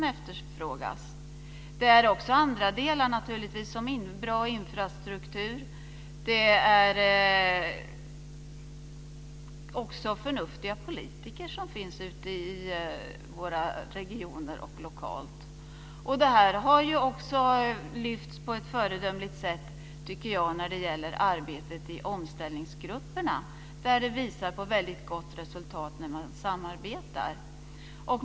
Det är naturligtvis också annat som efterfrågas, som bra infrastruktur och även förnuftiga politiker i våra regioner och lokalt. Det här har också lyfts fram på ett föredömligt sätt, tycker jag, i arbetet i omställningsgrupperna, som visar på ett väldigt gott resultat av sitt samarbete.